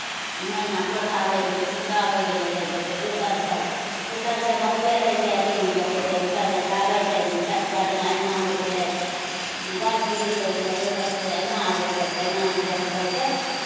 मैना तोता होइ गेलै सुग्गा होइ गेलै जाय करि कऽ ओ सभसँ ओ सभसँ बहुते रहै छै अथि कहै छै ओसभ जकरा आबै छै छतपर जेना अङ्गना हो गेलै गाछ वृक्ष होय गेलै ओहिपर सँ अङ्गना अबै छै तऽ अङ्गनामे सँ जाए कऽ कहै छै